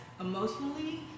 emotionally